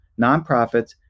nonprofits